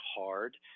hard